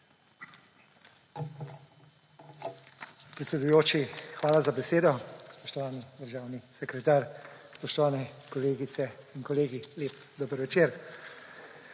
Predsedujoči, hvala za besedo. Spoštovani državni sekretar, spoštovane kolegice in kolegi, lep dober večer!